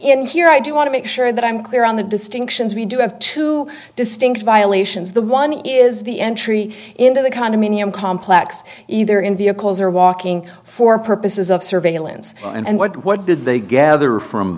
in here i do want to make sure that i'm clear on the distinctions we do have two distinct violations the one is the entry into the condominium complex either in vehicles or walking for purposes of surveillance and what did they gather from